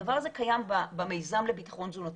הדבר הזה קיים במיזם לביטחון תזונתי,